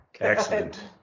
Excellent